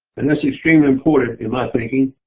and that's extremely important in my thinking.